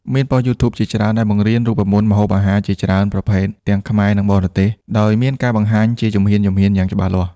មានប៉ុស្តិ៍ YouTube ជាច្រើនដែលបង្រៀនរូបមន្តម្ហូបអាហារជាច្រើនប្រភេទ ទាំងខ្មែរ និងបរទេស ដោយមានការបង្ហាញជាជំហានៗយ៉ាងច្បាស់លាស់។